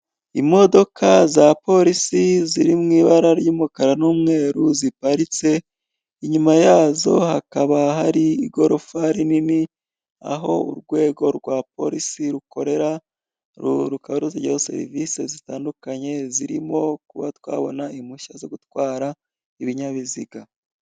Imodoka za polisi ziri mu ibara ry'umukara n'umweru ziparitse, inyuma yazo hakaba hari igorofa rinini aho urwego rwa polisi rukorera rukaba rusigira serivisi zitandukanye zirimo kuba twabona impushya zo gutwara ibinyabiziga.